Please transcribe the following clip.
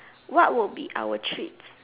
what would be our treats